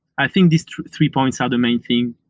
i think these three points are the main thing.